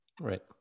Right